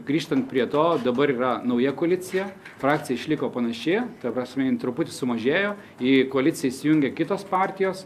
grįžtant prie to dabar yra nauja koalicija frakcija išliko panaši ta prasme jin truputį sumažėjo į koaliciją įsijungia kitos partijos